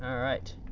ah alright